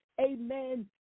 amen